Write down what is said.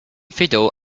fiddle